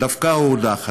דווקא הוא הודח.